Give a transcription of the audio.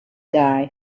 guy